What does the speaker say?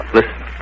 listen